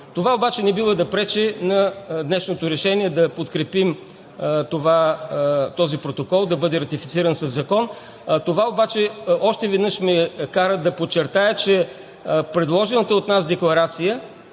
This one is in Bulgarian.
Това обаче не бива да пречи на днешното решение да подкрепим този протокол да бъде ратифициран със закон. Това обаче още веднъж ме кара да подчертая, че предложената от нас декларация